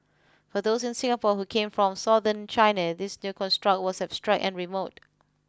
for those in Singapore who came from southern China this new construct was abstract and remote